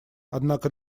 однако